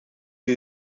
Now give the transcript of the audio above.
sie